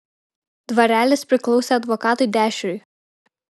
dvarelis priklausė advokatui dešriui